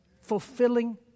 Fulfilling